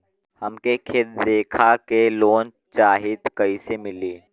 हमके खेत देखा के लोन चाहीत कईसे मिली?